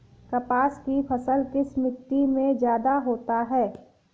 कपास की फसल किस मिट्टी में ज्यादा होता है?